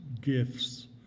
gifts